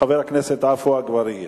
חבר הכנסת עפו אגבאריה.